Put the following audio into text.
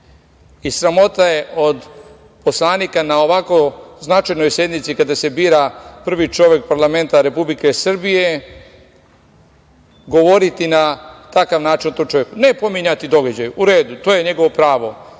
je od poslanika na ovako značajnoj sednici, kada se bira prvi čovek parlamenta Republike Srbije, govoriti na takav način o tom čoveku, ne pominjati događaje, u redu, to je njegovo pravo,